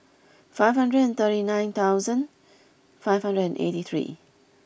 five hundred and thirty nine thousand five hundred and eighty three